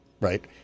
right